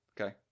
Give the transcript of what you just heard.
Okay